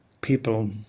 people